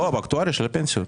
לא, באקטוארי, של הפנסיות.